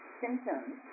symptoms